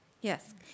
Yes